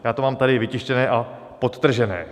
Já to mám tady vytištěné a podtržené.